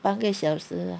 半个小时 ah